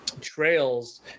Trails